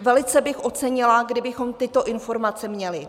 Velice bych ocenila, kdybychom tyto informace měli.